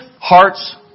hearts